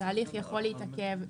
התהליך יכול להתעכב.